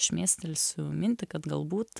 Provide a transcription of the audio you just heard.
šmėstelsiu mintį kad galbūt